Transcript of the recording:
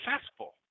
successful